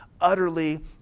utterly